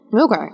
Okay